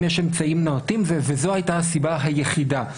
יש אמצעים נאותים וזו הייתה הסיבה היחידה.